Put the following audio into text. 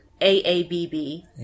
A-A-B-B